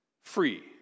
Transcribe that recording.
free